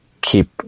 Keep